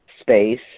space